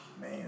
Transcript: man